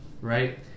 right